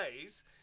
days